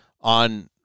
on